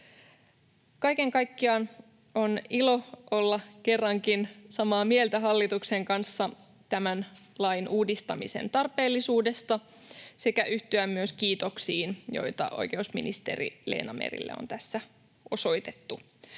Kaiken kaikkiaan on ilo olla kerrankin samaa mieltä hallituksen kanssa eli tämän lain uudistamisen tarpeellisuudesta sekä yhtyä myös kiitoksiin, joita oikeusministeri Leena Merelle on tässä osoitettu.